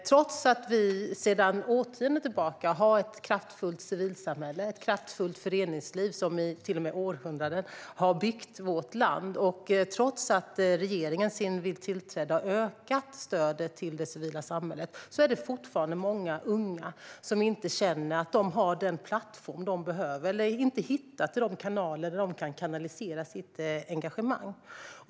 Trots att det i Sverige sedan årtionden och århundraden tillbaka finns ett kraftfullt civilsamhälle och ett kraftfullt föreningsliv som har byggt vårt land, och trots att regeringen sedan vi tillträdde har ökat stödet till det civila samhället, är det fortfarande många unga som känner att de inte har den plattform de behöver eller inte hittar de former de behöver för att kanalisera sitt engagemang.